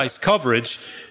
coverage